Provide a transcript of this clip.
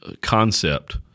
concept